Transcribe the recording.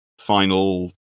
final